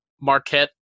Marquette